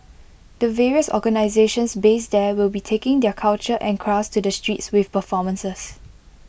the various organisations based there will be taking their culture and crafts to the streets with performances